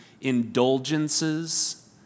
indulgences